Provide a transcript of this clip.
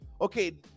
Okay